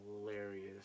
hilarious